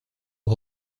aux